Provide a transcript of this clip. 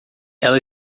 ela